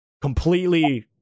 completely